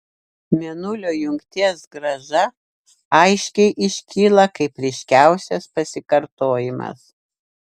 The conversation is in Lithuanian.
mėnulio jungties grąža aiškiai iškyla kaip ryškiausias pasikartojimas